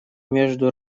между